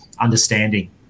understanding